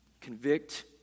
convict